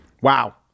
Wow